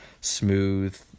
smooth